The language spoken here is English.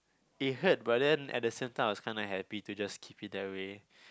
it hurt but then at the same time I was kinda happy to just keep it that way